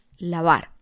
lavar